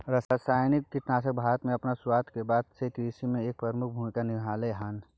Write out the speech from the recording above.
रासायनिक कीटनाशक भारत में अपन शुरुआत के बाद से कृषि में एक प्रमुख भूमिका निभलकय हन